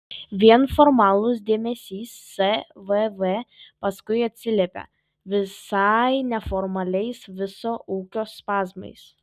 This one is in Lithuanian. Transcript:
vien formalus dėmesys svv paskui atsiliepia visai neformaliais viso ūkio spazmais